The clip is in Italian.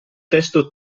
testo